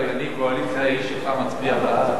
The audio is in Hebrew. ההצעה להעביר את הנושא לוועדת הכספים נתקבלה.